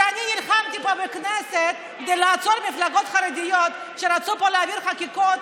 כשאני נלחמתי פה בכנסת כדי לעצור מפלגות חרדיות שרצו פה להעביר חקיקות